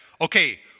okay